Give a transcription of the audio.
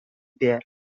there